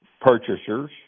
purchasers